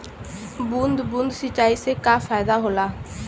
बूंद बूंद सिंचाई से का फायदा होला?